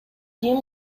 кийин